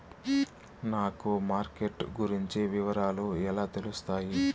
నాకు మార్కెట్ గురించి వివరాలు ఎలా తెలుస్తాయి?